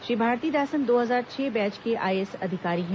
श्री भारतीदासन दो हजार छह बैच के आईएएस अधिकारी हैं